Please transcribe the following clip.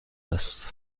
است